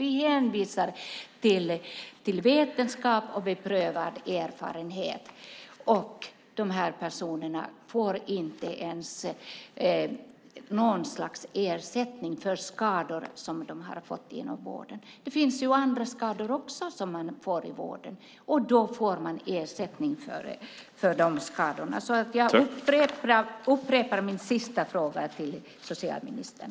Vi hänvisar återigen till vetenskap och beprövad erfarenhet, och dessa personer får inte ens någon ersättning för skador som de har fått inom vården. Det finns andra skador som man får i vården, och man får ersättning för de skadorna. Jag upprepar min sista fråga till socialministern.